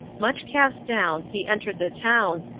much cast down, he entered the town,